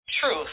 truth